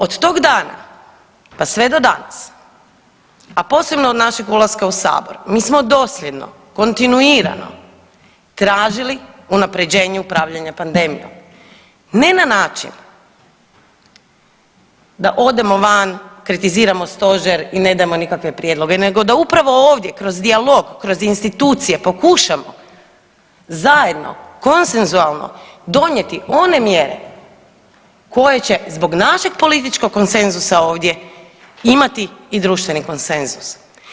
Od tog dana, pa sve do danas, a posebno od našeg ulaska u sabor, mi smo dosljedno kontinuirano tražili unaprjeđenje upravljanja pandemijom, ne na način da odemo van, kritiziramo stožer i ne dajemo nikakve prijedloge, nego da upravo ovdje kroz dijalog, kroz institucije pokušamo zajedno konsensualno donijeti one mjere koje će zbog našeg političkog konsenzusa ovdje imati i društveni konsenzus.